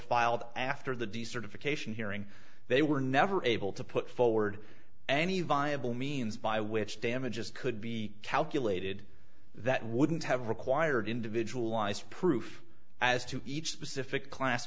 filed after the decertification hearing they were never able to put forward any viable means by which damages could be calculated that wouldn't have required individual eyes proof as to each specific class